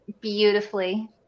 beautifully